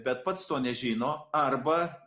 bet pats to nežino arba